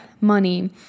money